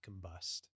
combust